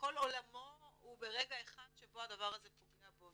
כל עולמו הוא ברגע אחד שבו הדבר הזה פוגע בו.